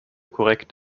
korrekt